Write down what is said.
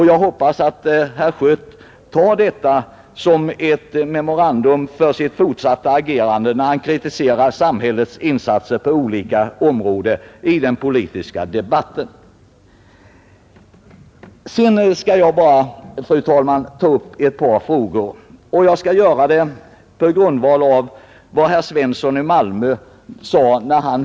Jag hoppas att herr Schött tar detta som ett memento i sitt fortsatta agerande, när han kritiserar samhällets insatser på olika områden i den politiska debatten. Sedan skall jag bara ta upp ytterligare ett par frågor, och det gör jag med anledning av vad herr Svensson i Malmö sade tidigare.